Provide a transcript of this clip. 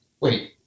wait